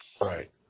Right